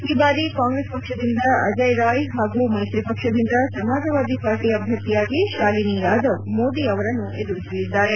ಈ ಬಾರಿ ಕಾಂಗ್ರೆಸ್ ಪಕ್ಷದಿಂದ ಅಜಯ್ ರಾಯ್ ಹಾಗೂ ಮೈತ್ರಿ ಪಕ್ಷದಿಂದ ಸಮಾಜವಾದಿ ಪಾರ್ಟಿ ಅಭ್ಯರ್ಥಿಯಾಗಿ ಶಾಲಿನಿ ಯಾದವ್ ಮೋದಿ ಅವರನ್ನು ಎದುರಿಸಲಿದ್ದಾರೆ